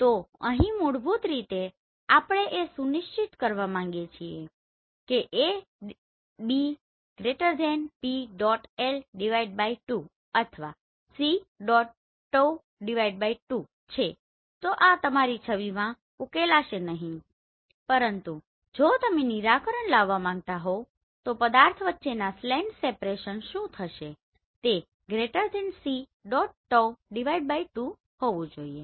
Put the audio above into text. તો અહીં મૂળભૂત રીતે આપણે એ સુનિશ્ચિત કરવા માગીએ છીએ કે A B P⋅L 2 અથવા C⋅ 2 છે તો આ તમારી છબીમાં ઉકેલાશે નહીં પરંતુ જો તમે નિરાકરણ લાવવા માંગતા હોવ તો પદાર્થ વચ્ચેના સ્લેંટ સેપરેસન શું થશે તે c ⋅ 2 હોવું જોઈએ